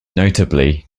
notably